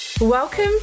Welcome